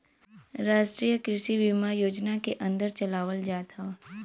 राष्ट्रीय कृषि बीमा योजना के अन्दर चलावल जात हौ